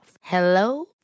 Hello